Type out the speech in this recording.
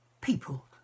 People